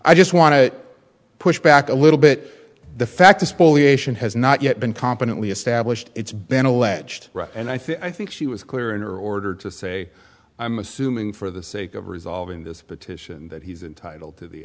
i just want to push back a little bit the fact a spoliation has not yet been competently established it's been alleged and i think i think she was clear in order to say i'm assuming for the sake of resolving this petition that he's entitled to the